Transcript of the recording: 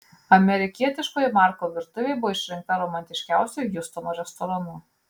amerikietiškoji marko virtuvė buvo išrinkta romantiškiausiu hjustono restoranu